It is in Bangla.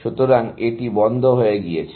সুতরাং এটি বন্ধ হয়ে গেছে